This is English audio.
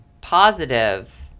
positive